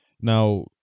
Now